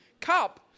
cup